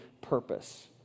purpose